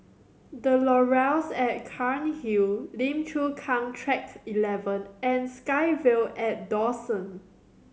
The Laurels at Cairnhill Lim Chu Kang Track Eleven and SkyVille atDawson